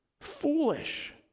Foolish